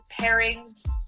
pairings